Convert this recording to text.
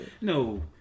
No